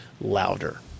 louder